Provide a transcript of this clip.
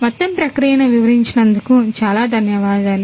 మొత్తం ప్రక్రియను వివరించినందుకు చాలా ధన్యవాదాలు